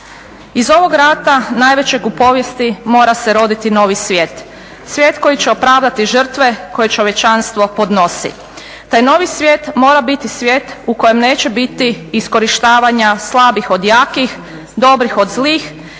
"Iz ovog rata, najvećeg u povijesti, mora se roditi novi svijet. Svijet koji će opravdati žrtve koje čovječanstvo podnosi. Taj novi svijet mora biti svijet u kojem neće biti iskorištavanja slabih od jakih, dobrih od zlih,